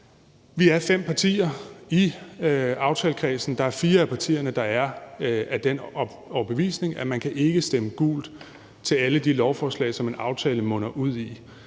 Vi er fem partier i aftalekredsen. Fire af partierne er af den overbevisning, at man ikke kan stemme gult til alle de lovforslag, som en aftale munder ud i.